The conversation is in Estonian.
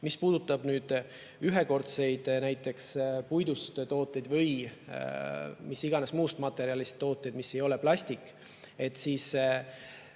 Mis puudutab ühekordseid näiteks puidust tooteid või mis iganes muust materjalist tooteid, mis ei ole plastik, siis